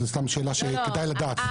זאת סתם שאלה שכדאי לדעת.